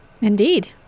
Indeed